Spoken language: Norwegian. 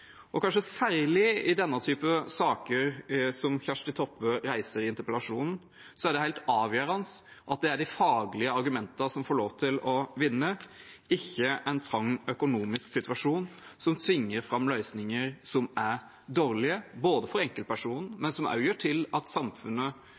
begrunnet. Kanskje særlig i denne typen saker som Kjersti Toppe reiser i interpellasjonen, er det helt avgjørende at det er de faglige argumentene som får lov til å vinne, og ikke en trang økonomisk situasjon som tvinger fram løsninger som er dårlig for enkeltpersonen,